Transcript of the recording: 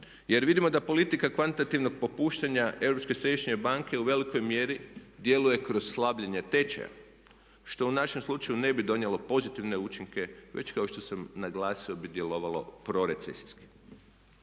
jer vidimo da politika kvantitativnog popuštanja Europske središnje banke u velikoj mjeri djeluje kroz slabljenje tečaja što u našem slučaju ne bi donijelo pozitivne učinke već kao što sam naglasio bi djelovalo prorecesijski.